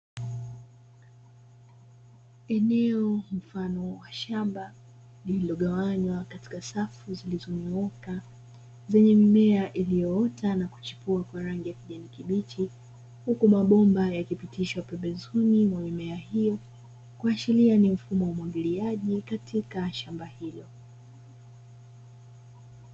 Eneo mfano wa shamba lililogawanywa katika safu zilizonyooka zenye mimea iliyoota na kuchipua kwa rangi ya kijani kibichi huku mabomba yakipitishwa pembezoni mwa mimea hiyo kuashiria ni mfumo wa umwagiliaji katika shamba hilo.